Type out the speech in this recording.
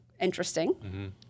interesting